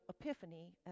epiphany